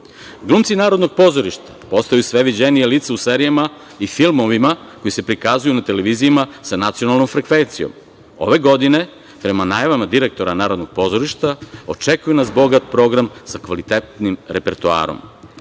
Narodnog pozorišta postaju sve viđenija lica u serijama i filmovima koji se prikazuju na televizijama sa nacionalnom frekvencijom. Ove godine, prema najavama direktora Narodnog pozorišta, očekuje nas bogat program sa kvalitetnim repertoarom. Domovi